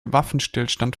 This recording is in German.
waffenstillstand